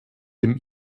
dem